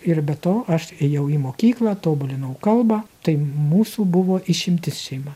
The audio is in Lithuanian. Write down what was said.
ir be to aš ėjau į mokyklą tobulinau kalbą tai mūsų buvo išimtis šeima